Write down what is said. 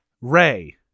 Ray